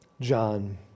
John